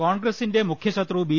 കോൺഗ്രസിന്റെ മുഖ്യശത്രു ബി